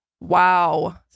wow